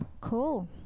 cool